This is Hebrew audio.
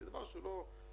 זה דבר שהוא לא --- תודה.